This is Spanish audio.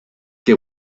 que